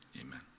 amen